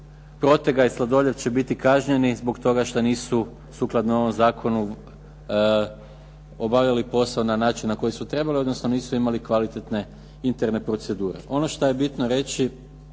Protega i Sladoljev će biti kažnjeni zbog toga što nisu sukladno ovom zakonu obavljali posao na način na koji su trebali ustvari nisu imali kvalitetne interne procedure. oNo što je bitno reći,